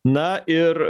na ir